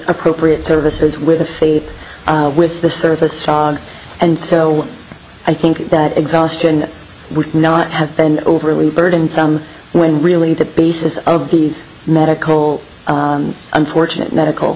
appropriate services with the faith with the surface and so i think that exhaustion would not have been overly burdensome when really the basis of these medical unfortunate medical